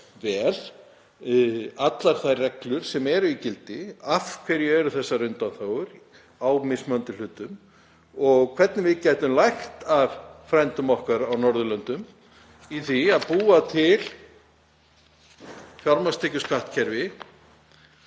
allar þær reglur sem eru í gildi, hvers vegna þessar undanþágur eru á mismunandi hlutum og hvernig við getum lært af frændum okkar á Norðurlöndum að búa til fjármagnstekjuskattskerfi